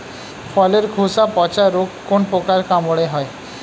ফলের খোসা পচা রোগ কোন পোকার কামড়ে হয়?